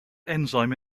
enzyme